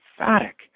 emphatic